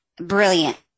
brilliant